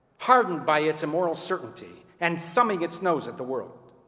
hardened by its immoral certainty and thumbing its nose at the world.